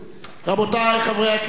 רבותי חברי הכנסת,